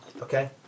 Okay